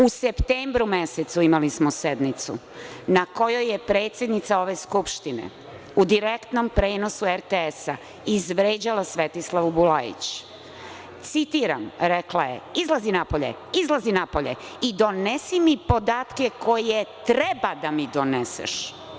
U septembru mesecu imali smo sednicu na kojoj je predsednica ove Skupštine, u direktnom prenosu RTS, izvređala Svetislavu Bulajić, citiram, rekla je – izlazi napolje, izlazi napolje i donesi mi podatke koje treba da mi doneseš.